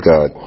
God